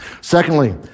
Secondly